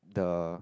the